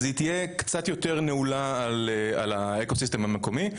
אז היא תהיה קצת יותר נעולה על האקו סיסטם המקומי,